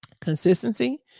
Consistency